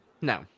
No